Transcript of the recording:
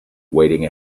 waiting